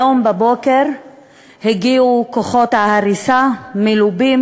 היום בבוקר הגיעו כוחות ההריסה מלווים